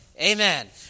Amen